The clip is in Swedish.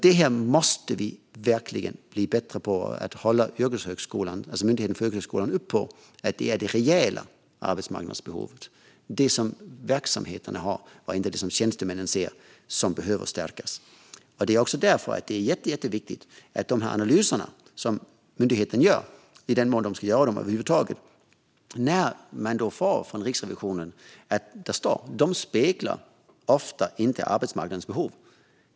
Detta måste vi verkligen bli bättre på: att uppmärksamma Myndigheten för yrkeshögskolan på att det är det rejäla arbetsmarknadsbehovet, det som verksamheterna har och inte det som tjänstemännen ser, som behöver stärkas. Därför är det också jätteviktigt att myndigheten i de analyser som görs, i den mån de ska göras över huvud taget, tar hänsyn till att man från Riksrevisionen säger att de ofta inte speglar arbetsmarknadens behov.